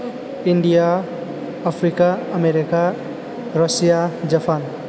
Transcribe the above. India Africa America Russia Japan